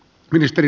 puhemies